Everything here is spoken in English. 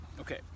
Okay